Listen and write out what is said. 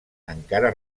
encara